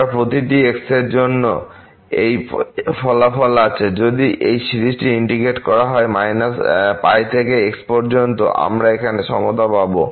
আমাদের প্রতিটি x এর জন্য এই ফলাফল আছে যদি এই সিরিজটি ইন্টিগ্রেট করা হয় π থেকে x পর্যন্ত আমরা এখানে সমতা পাব